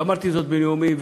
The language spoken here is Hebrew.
ואמרתי זאת בנאומי,